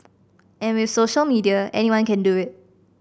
and with social media anyone can do it